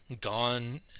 gone